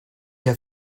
have